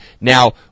Now